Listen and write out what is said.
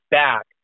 back